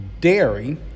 dairy